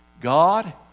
God